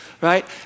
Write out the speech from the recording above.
right